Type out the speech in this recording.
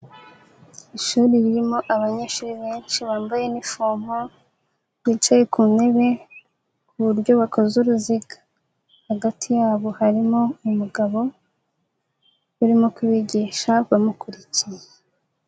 Ishuri ririmo abanyeshuri benshi bambaye inifomo bicaye ku ntebe ku buryo bakoze uruziga, hagati yabo harimo umugabo urimo kubigisha bamukurikiye.